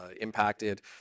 impacted